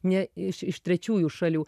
ne iš iš trečiųjų šalių